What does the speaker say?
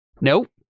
nope